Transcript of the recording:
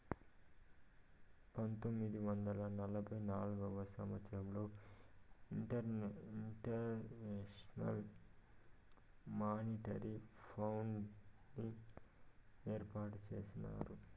పంతొమ్మిది వందల నలభై నాల్గవ సంవచ్చరంలో ఇంటర్నేషనల్ మానిటరీ ఫండ్ని ఏర్పాటు చేసినారు